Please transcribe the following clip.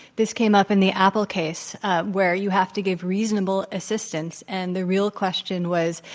this came up in the apple case where you have to give reasonable assistance. and the real question was,